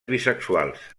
bisexuals